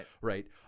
Right